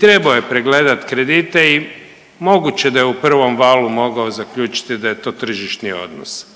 trebao je pregledati kredite i moguće je da je u prvom valu mogao zaključiti da je to tržišni odnos,